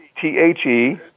T-H-E